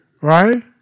right